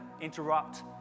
interrupt